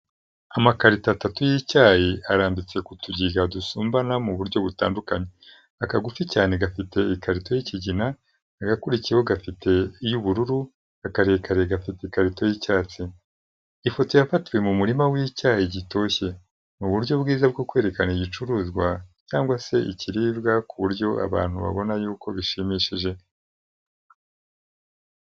Amakarito atatu y'icyayi arambitse ku tugiga dusumbana mu buryo butandukanye. Akagufi cyane gafite ikarito y'ikigina, agakurikiyeho gafite iy'ubururu, akarekare gafite ikarito y'icyatsi. Ifoto yafatiwe mu murima w'icyayi gitoshye. Ni uburyo bwiza bwo kwerekana igicuruzwa cyangwa se ikiribwa, ku buryo abantu babona yuko bishimishije.